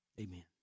amen